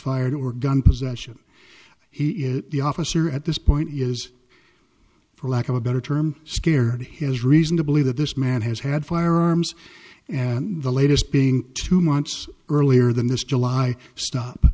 fired or gun possession he is the officer at this point is for lack of a better term scared his reason to believe that this man has had firearms and the latest being two months earlier than this july stop